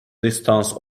distance